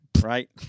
right